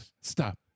Stop